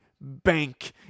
bank